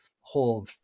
whole